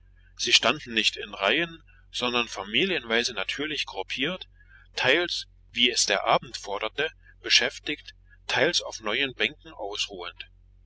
sie standen nicht in reihen sondern familienweise natürlich gruppiert teils wie es der abend forderte beschäftigt teils auf neuen bänken ausruhend